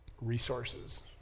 resources